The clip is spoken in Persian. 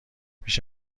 بیش